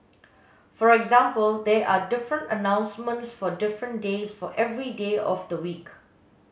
for example there are different announcements for different days for every day of the week